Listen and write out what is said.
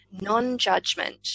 non-judgment